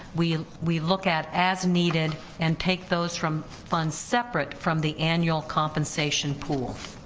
we we look at as needed and take those from funds separate from the annual compensation pool.